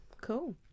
cool